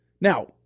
Now